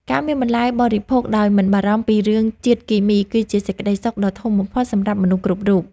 ការមានបន្លែបរិភោគដោយមិនបារម្ភពីរឿងជាតិគីមីគឺជាសេចក្តីសុខដ៏ធំបំផុតសម្រាប់មនុស្សគ្រប់រូប។